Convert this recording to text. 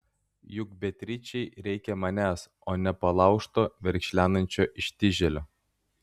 juk beatričei reikia manęs o ne palaužto verkšlenančio ištižėlio